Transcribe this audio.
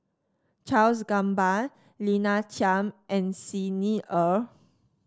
Charles Gamba Lina Chiam and Xi Ni Er